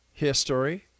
history